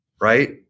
right